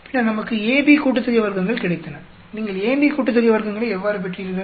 பின்னர் நமக்கு AB கூட்டுத்தொகை வர்க்கங்கள் கிடைத்தன நீங்கள் AB கூட்டுத்தொகை வர்க்கங்களை எவ்வாறு பெற்றீர்கள்